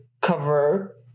cover